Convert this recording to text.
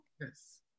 Yes